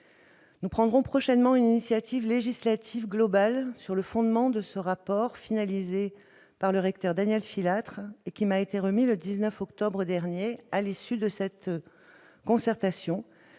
Nous prendrons prochainement une initiative législative globale sur le fondement du rapport final du recteur Daniel Filâtre qui m'a été remis le 19 octobre dernier, à l'issue de la concertation